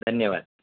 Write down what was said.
धन्यवाद